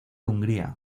hungría